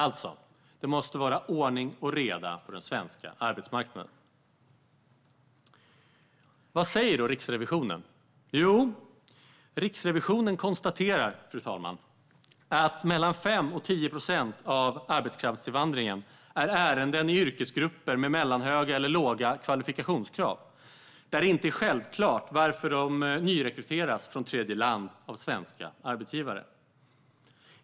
Det måste alltså vara ordning och reda på den svenska arbetsmarknaden. Vad säger då Riksrevisionen? Jo, Riksrevisionen konstaterar, fru talman, att mellan 5 och 10 procent av arbetskraftsinvandringen är ärenden i yrkesgrupper med mellanhöga eller låga kvalifikationskrav, där det inte är självklart varför dessa personer nyrekryteras från tredjeland av svenska arbetsgivare.